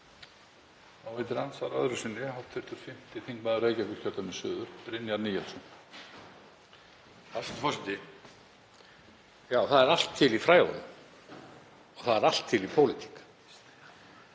það er allt til í fræðunum og það er allt til í pólitík.